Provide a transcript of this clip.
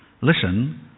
listen